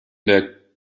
der